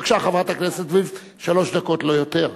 בבקשה, חברת הכנסת וילף, שלוש דקות, לא יותר.